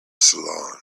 salon